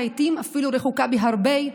לעיתים אפילו רחוקה בהרבה,